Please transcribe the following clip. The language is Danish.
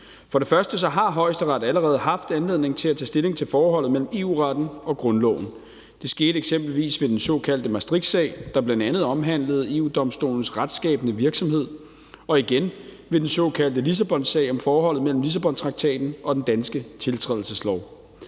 For det første har Højesteret allerede haft anledning til at tage stilling til forholdet mellem EU-retten og grundloven. Det skete eksempelvis ved den såkaldte Maastrichtsag, der bl.a. omhandlede EU-Domstolens retsskabende virksomhed, og igen ved den såkaldte Lissabonsag om forholdet mellem Lissabontraktaten og den danske tiltrædelseslov.